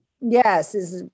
Yes